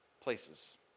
places